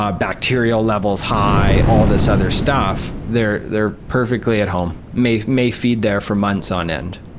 ah bacterial levels high, all this other stuff, they're they're perfectly at home, may may feed there for months on end.